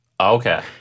Okay